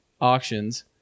auctions